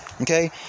Okay